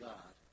God